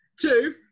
Two